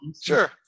sure